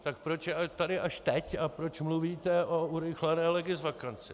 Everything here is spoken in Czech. Tak proč je tady až teď a proč mluvíte o urychlené legisvakanci?